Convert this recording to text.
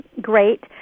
great